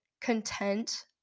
content